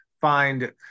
find